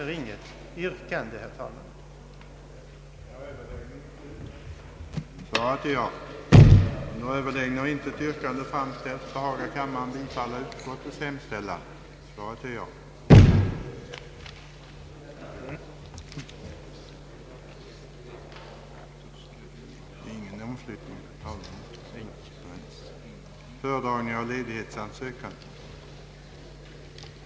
Undertecknad anhåller härmed om ledighet från riksdagsarbetet från och med den 1 april till och med den 11 april 1970 för att i Geneve leda nedrustningsdelegationens arbete. Härmed får undertecknade anhålla om ledighet från riksdagsarbetet den 1—den 3 april 1970 för deltagande i Interparlamentariska unionens rådsmöte och kommittésammanträden i Monaco.